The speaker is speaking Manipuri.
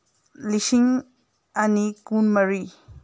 ꯂꯤꯁꯤꯡ ꯑꯅꯤ ꯀꯨꯟꯃꯔꯤ